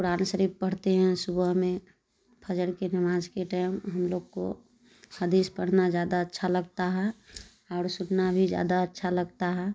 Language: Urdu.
قرآن شریف پڑھتے ہیں صبح میں فجر کی نماز کے ٹئم ہم لوگ کو حدیث پڑھنا زیادہ اچھا لگتا ہے اور سننا بھی زیادہ اچھا لگتا ہے